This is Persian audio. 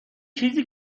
چیزی